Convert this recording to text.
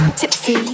tipsy